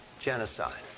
Genocide